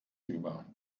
über